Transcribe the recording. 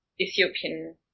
Ethiopian